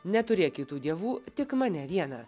neturėk kitų dievų tik mane vieną